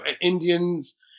Indians